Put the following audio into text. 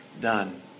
done